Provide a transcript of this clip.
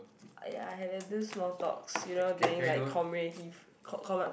ya I have these small talks you know during like communicative co~ comma